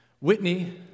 Whitney